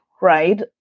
right